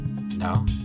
No